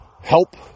help